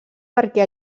perquè